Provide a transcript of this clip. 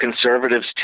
conservatives